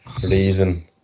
freezing